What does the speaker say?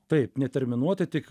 taip neterminuotai tik